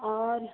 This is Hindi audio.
और